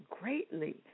greatly